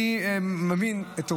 אני מבין את רוח,